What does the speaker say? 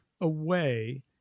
away